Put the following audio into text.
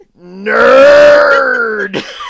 nerd